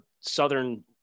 southern